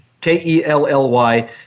K-E-L-L-Y